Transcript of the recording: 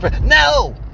No